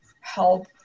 help